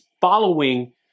following